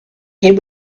him